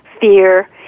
fear